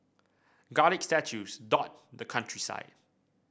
garlic statues dot the countryside